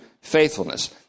faithfulness